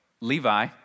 Levi